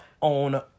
on